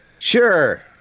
Sure